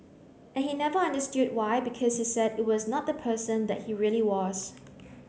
and he never understood why because he said it was not the person that he really was